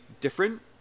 different